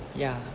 yeah